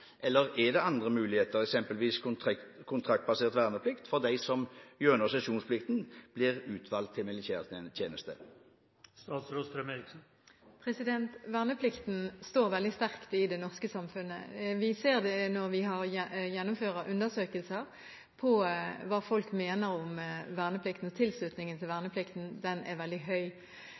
eller er det andre muligheter, eksempelvis kontraktbasert verneplikt, for dem som gjennom sesjonsplikten blir utvalgt til militærtjeneste? Verneplikten står veldig sterkt i det norske samfunnet. Vi ser det når vi gjennomfører undersøkelser om hva folk mener om verneplikten. Tilslutningen til verneplikten er veldig høy.